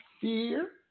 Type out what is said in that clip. fear